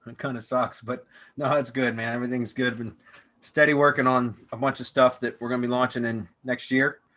and kind of socks but no, that's good. man. everything's good, been steady working on a bunch of stuff that we're gonna be launching in next year.